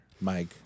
Mike